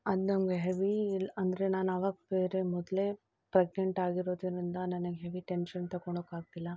ಅದು ನಮಗೆ ಹೆವಿ ಅಂದರೆ ನಾನು ಆವಾಗ ಬೇರೆ ಮೊದಲೇ ಪ್ರೆಗ್ನೆಂಟ್ ಆಗಿರೋದರಿಂದ ನನಗೆ ಹೆವಿ ಟೆನ್ಷನ್ ತಗೊಳ್ಳೋಕಾಗ್ತಿಲ್ಲ